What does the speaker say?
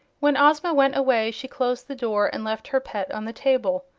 when ozma went away she closed the door and left her pet on the table.